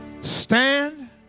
stand